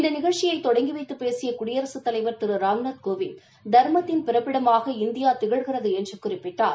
இந்த நிகழ்ச்சியை தொடங்கி வைத்து பேசிய குடியரசுத் தலைவா் திரு ராம்நாத் கோவிந்த் தர்மத்தின் பிறப்பிடமாக இந்தியா திகழ்கிறது என்று குறிப்பிட்டார்